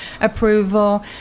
approval